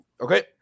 Okay